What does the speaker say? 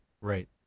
Right